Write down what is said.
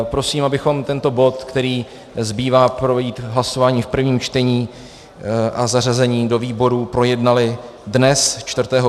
Prosím, abychom tento bod, který zbývá projít hlasováním v prvním čtení a zařazením do výborů, projednali dnes, 4.